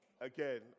again